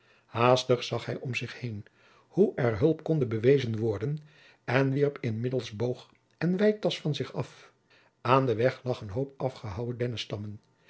haastig zag hij om zich heen hoe er hulp konde bewezen worden en wierp inmiddels boog en weitasch van zich af aan den weg lag een hoop afgehouwen dennestammen